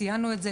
ציינו את זה,